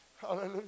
Hallelujah